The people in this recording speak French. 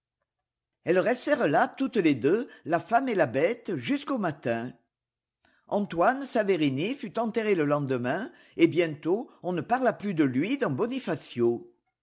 elles restèrent là toutes les deux la femme et la bête jusqu'au matin antoine saverini fut enterré le lendemain et bientôt on ne parla plus de lui dans bonifacio